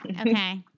Okay